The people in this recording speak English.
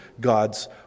God's